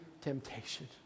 temptation